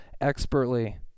expertly